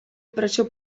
preso